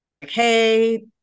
Hey